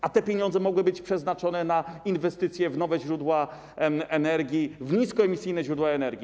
A te pieniądze mogły być przeznaczone na inwestycje w nowe źródła energii, w niskoemisyjne źródła energii.